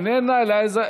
אינה נוכחת,